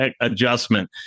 adjustment